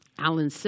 Alan